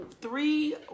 three